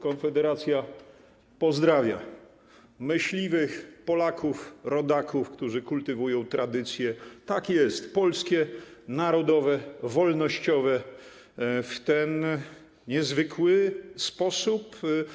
Konfederacja pozdrawia myśliwych, Polaków, rodaków, którzy kultywują tradycje, tak jest, polskie, narodowe, wolnościowe, w ten niezwykły sposób.